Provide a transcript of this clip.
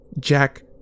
Jack